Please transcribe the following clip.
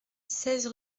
seize